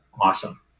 awesome